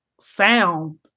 sound